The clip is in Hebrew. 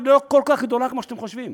אבל לא כל כך גדולה כמו שאתם חושבים.